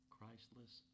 Christless